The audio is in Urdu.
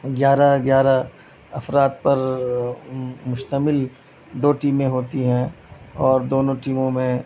گیارہ گیارہ افراد پر مشتمل دو ٹیمیں ہوتی ہیں اور دونوں ٹیموں میں